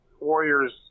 warriors